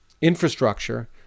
infrastructure